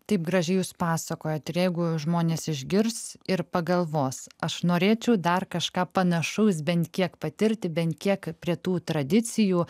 taip gražiai jūs pasakojat ir jeigu žmonės išgirs ir pagalvos aš norėčiau dar kažką panašaus bent kiek patirti bent kiek prie tų tradicijų